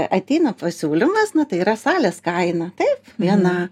ateina pasiūlymas na tai yra salės kaina taip viena